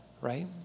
right